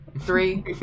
three